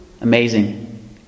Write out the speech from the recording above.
amazing